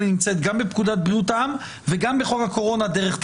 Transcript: נמצאת גם בפקודת בריאות העם וגם בחוק הקורונה דרך תקנות,